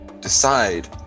decide